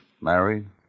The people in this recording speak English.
Married